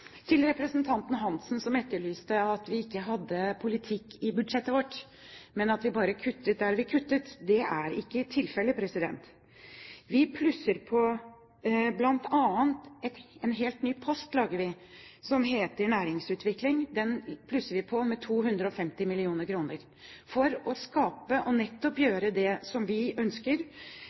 Til representanten Svein Roald Hansen, som mente at vi ikke hadde politikk i budsjettet vårt, men at vi bare kuttet der vi kuttet: Det er ikke tilfellet. Vi plusser på. Vi lager bl.a. helt nye poster under Næringsutvikling. Der plusser vi på med 215 mill. kr for nettopp å gjøre det som vi ønsker,